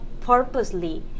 purposely